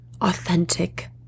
authentic